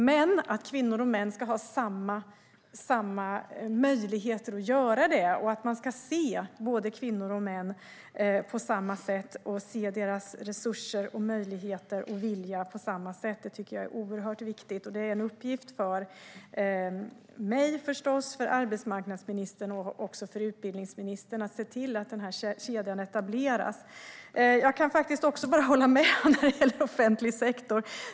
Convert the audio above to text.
Men att kvinnor och män ska ha samma möjligheter, att man ska se kvinnor och män på samma sätt, se deras resurser, möjligheter och vilja på samma sätt är oerhört viktigt. Det är en uppgift för mig, för arbetsmarknadsministern och också för utbildningsministern att se till att den här kedjan etableras. Jag kan bara hålla med om detta med offentlig sektor.